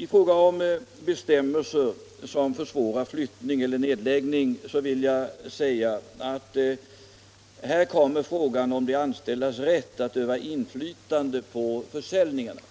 I fråga om medbestämmelser som försvårar flyttning eller nedläggning vill jag säga att här kommer in frågan om de anställdas rätt att öva inflytande på försäljningen — rätt